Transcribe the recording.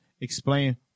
explain